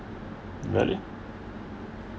really